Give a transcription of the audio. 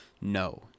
No